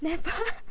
never